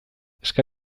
eska